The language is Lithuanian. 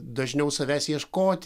dažniau savęs ieškoti